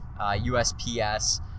USPS